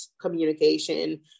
communication